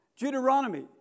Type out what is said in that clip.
Deuteronomy